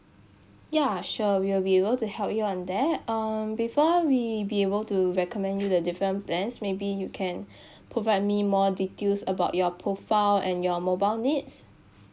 ya sure we will be able to help you on that um before we be able to recommend you the different plans maybe you can provide me more details about your profile and your mobile needs